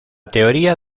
teoría